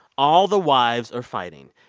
all the wives are fighting.